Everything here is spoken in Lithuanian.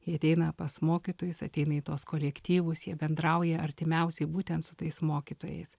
jie ateina pas mokytojus ateina į tuos kolektyvus jie bendrauja artimiausiai būtent su tais mokytojais